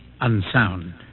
unsound